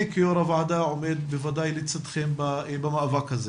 כיו"ר הוועדה עומד בוודאי לצידכם במאבק הזה.